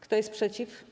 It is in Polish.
Kto jest przeciw?